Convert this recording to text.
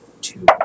Two